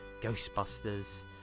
Ghostbusters